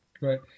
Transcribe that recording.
Right